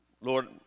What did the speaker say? Lord